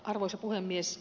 arvoisa puhemies